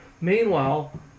Meanwhile